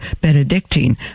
Benedictine